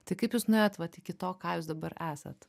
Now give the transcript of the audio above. tai kaip jūs nuėjot vat iki to ką jūs dabar esat